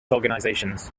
organizations